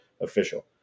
official